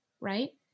right